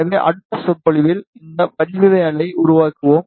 எனவே அடுத்த சொற்பொழிவில் இந்த வடிவவியலை விரிவாக்குவோம்